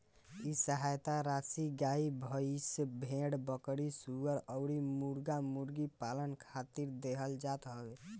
इ सहायता राशी गाई, भईस, भेड़, बकरी, सूअर अउरी मुर्गा मुर्गी पालन खातिर देहल जात हवे